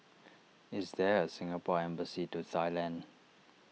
is there a Singapore Embassy to Thailand